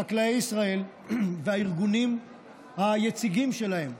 חקלאי ישראל והארגונים היציגים שלהם,